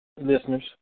listeners